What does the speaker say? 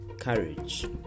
Courage